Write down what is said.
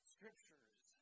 Scriptures